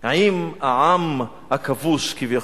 עם העם הכבוש, כביכול.